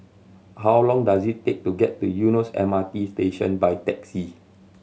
how long does it take to get to Eunos M R T Station by taxi